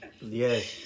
Yes